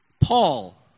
Paul